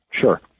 Sure